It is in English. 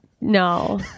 No